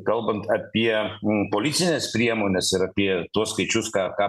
kalbant apie policines priemones ir apie tuos skaičius ką ką